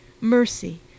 mercy